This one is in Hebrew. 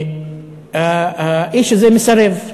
האיש הזה מסרב.